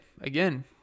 again